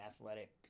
athletic